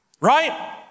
right